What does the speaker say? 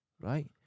right